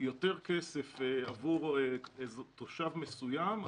יותר כסף עבור תושב מסוים,